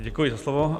Děkuji za slovo.